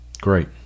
Great